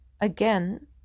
again